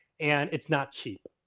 and it's not cheap.